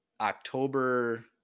October